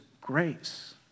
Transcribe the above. grace